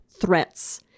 threats